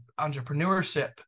entrepreneurship